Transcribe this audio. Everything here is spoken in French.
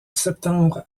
septembre